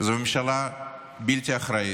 זו ממשלה בלתי אחראית,